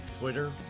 Twitter